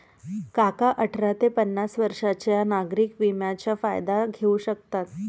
काका अठरा ते पन्नास वर्षांच्या नागरिक विम्याचा फायदा घेऊ शकतात